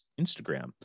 Instagram